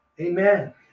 Amen